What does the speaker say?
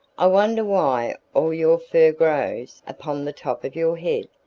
i wonder why all your fur grows upon the top of your head,